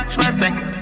perfect